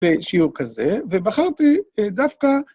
בשיעור כזה, ובחרתי דווקא...